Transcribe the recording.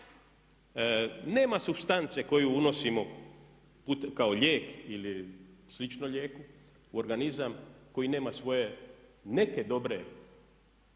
nema supstance koju unosimo kao lijek ili slično lijeku u organizam koji nema svoje neke dobre.